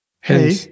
Hey